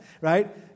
right